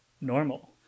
normal